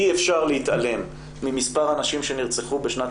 אי אפשר להתעלם ממספר הנשים שנרצחו בשנת